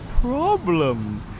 problem